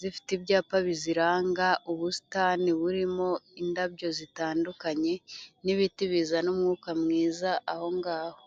zifite ibyapa biziranga, ubusitani burimo, indabyo zitandukanye, n'ibiti bizana umwuka mwiza ahongaho.